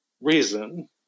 reason